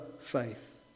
faith